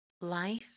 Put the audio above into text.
life